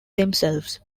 themselves